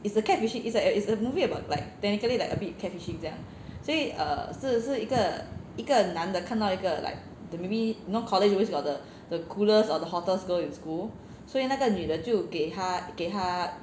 it's a catfishing it's a it's a movie about like technically like abit catfishing 这样所以 err 是是一个一个男的看到一个 like the maybe you know college always got the the coolest or the hottest girl in school 所以那个女的就给他给他